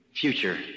future